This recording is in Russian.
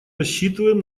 рассчитываем